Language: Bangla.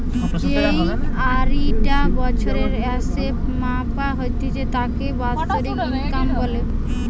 যেই আয়ি টা বছরের স্যাসে মাপা হতিছে তাকে বাৎসরিক ইনকাম বলে